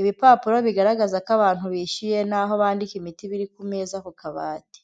ibipapuro bigaragaza ko abantu bishyuye n'aho bandika imiti biri ku meza ku kabati.